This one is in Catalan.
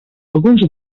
alguns